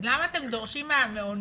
אז למה אתם דורשים מהמעונות